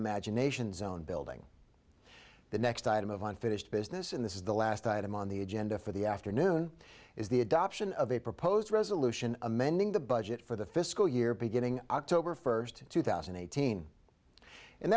imagination zone building the next item of unfinished business in this is the last item on the agenda for the afternoon is the adoption of a proposed resolution amending the budget for the fiscal year beginning october first two thousand and eighteen and